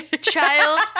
child